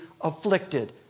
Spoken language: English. afflicted